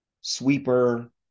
sweeper